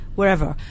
wherever